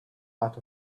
out